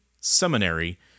seminary